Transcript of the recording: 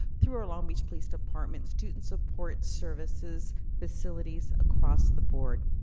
through our long beach police departments, student support services, facilities, across the board.